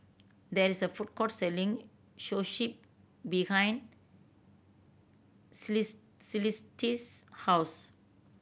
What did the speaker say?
there is a food court selling Zosui behind Celeste's house